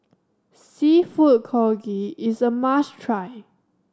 Seafood Congee is a must try